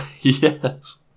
Yes